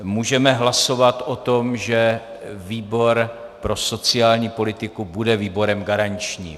Můžeme hlasovat o tom, že výbor pro sociální politiku bude výborem garančním.